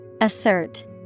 assert